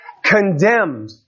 condemned